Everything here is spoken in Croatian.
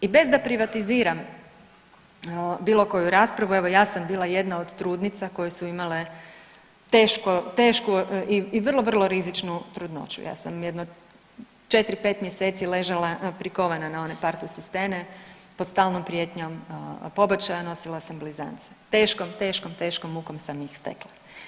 I bez da privatiziram bilo koju raspravu, evo ja sam bila jedna od trudnica koje su imale tešku, tešku i vrlo, vrlo rizičnu trudnoću, ja sam jedno 4-5 mjeseci ležala prikovana na one partusistene pod stalnom prijetnjom pobačaja, nosila sam blizance, teškom, teškom, teškom mukom sam ih stekla.